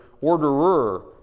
orderer